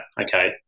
okay